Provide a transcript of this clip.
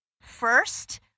first